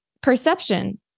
perception